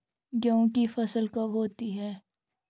गेहूँ की फसल कब होती है?